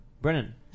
Brennan